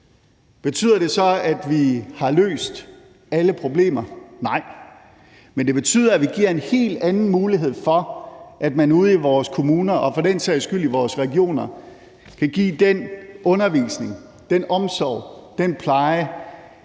Betyder det så, at vi har løst alle problemer? Nej, men det betyder, at vi giver en helt anden mulighed for, at man ude i vores kommuner og for den sags skyld i vores regioner kan give den undervisning, den omsorg, den pleje,